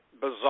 bizarre